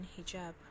hijab